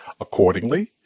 Accordingly